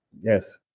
Yes